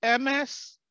MS